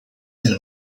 del